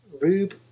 Rube